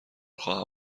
خواهم